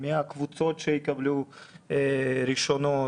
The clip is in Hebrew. מי הקבוצות שיקבלו ראשונות?